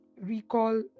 recall